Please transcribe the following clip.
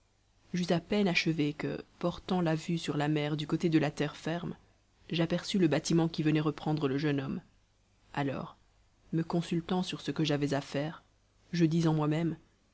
j'eus à peine achevé que portant la vue sur la mer du côté de la terre ferme j'aperçus le bâtiment qui venait reprendre le jeune homme alors me consultant sur ce que j'avais à faire je dis en moi-même